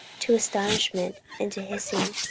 to astonishment, and to hissing,